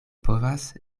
povas